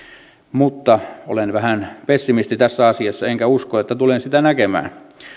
mutta olen vähän pessimisti tässä asiassa enkä usko että tulen sitä näkemään